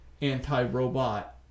anti-robot